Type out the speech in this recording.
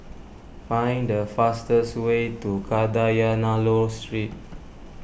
find the fastest way to Kadayanallur Street